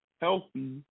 healthy